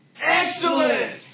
Excellent